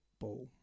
ball